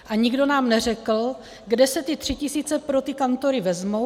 A nikdo nám neřekl, kde se ty tři tisíce pro ty kantory vezmou.